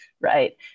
right